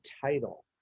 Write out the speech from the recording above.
title